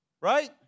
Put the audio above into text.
Right